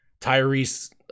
Tyrese